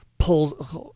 pulls